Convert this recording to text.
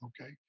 okay